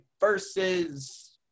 versus